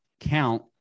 count